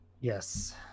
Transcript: Yes